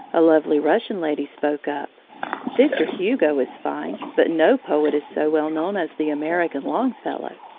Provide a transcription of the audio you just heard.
a lovely russian lady spoke up victor hugo is fine, but no poet is so well known as the american longfellow.